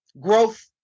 growth